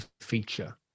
feature